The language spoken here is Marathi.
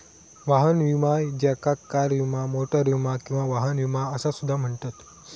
वाहन विमा ज्याका कार विमा, मोटार विमा किंवा वाहन विमा असा सुद्धा म्हणतत